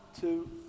two